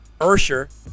Ursher